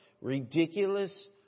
ridiculous